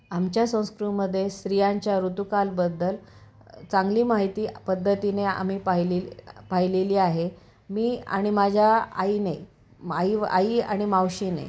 आमच्या संस्कृतीमध्ये स्त्रियांच्या ऋतुकालबद्दल चांगली माहिती पद्धतीने आम्ही पाहिले पाहिलेली आहे मी आणि माझ्या आईने आई आई आणि मावशीने